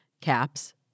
caps